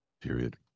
Period